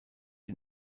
ihn